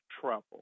trouble